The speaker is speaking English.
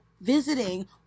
visiting